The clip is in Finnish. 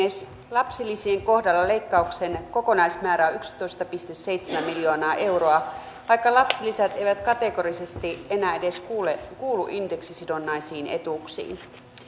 lapsilisien kohdalla leikkauksen kokonaismäärä on yksitoista pilkku seitsemän miljoonaa euroa vaikka lapsilisät eivät kategorisesti enää edes kuulu indeksisidonnaisiin etuuksiin